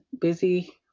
busy